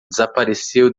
desapareceu